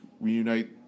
reunite